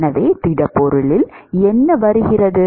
எனவே திடப்பொருளில் என்ன வருகிறது